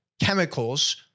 chemicals